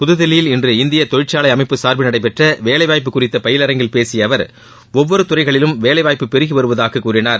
புதுதில்லியில் இன்று இந்திய தொழிற்சாலை அமைப்பு சார்பில் நடைபெற்ற வேலை வாய்ப்பு குறித்த பயிலரங்கில் பேசிய அவர் ஒவ்வொரு துறைகளிலும் வேலை வாய்ப்பு பெருகி வருவதாக கூறினார்